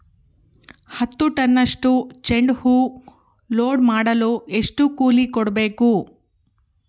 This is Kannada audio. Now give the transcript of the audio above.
ಹತ್ತು ಟನ್ನಷ್ಟು ಚೆಂಡುಹೂ ಲೋಡ್ ಮಾಡಲು ಎಷ್ಟು ಕೂಲಿ ಕೊಡಬೇಕು?